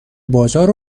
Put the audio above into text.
بازار